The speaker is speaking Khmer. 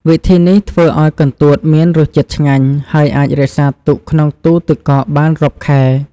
វិធីនេះធ្វើឱ្យកន្ទួតមានរសជាតិឆ្ងាញ់ ហើយអាចរក្សាទុកក្នុងទូទឹកកកបានរាប់ខែ។